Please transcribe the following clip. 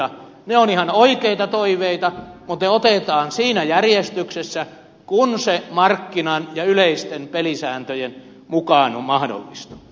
ne ovat ihan oikeita toiveita mutta ne otetaan siinä järjestyksessä kuin se markkinan ja yleisten pelisääntöjen mukaan on mahdollista